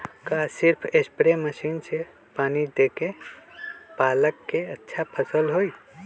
का सिर्फ spray machine से पानी देके पालक के अच्छा फसल होई?